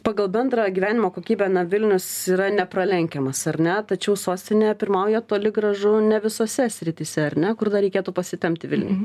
pagal bendrą gyvenimo kokybę na vilnius yra nepralenkiamas ar ne tačiau sostinė pirmauja toli gražu ne visose srityse ar ne kur dar reikėtų pasitempti vilniui